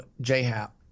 J-Hap